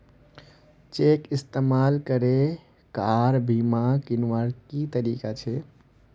Cheque इस्तेमाल करे car बीमा कीन्वार की तरीका छे?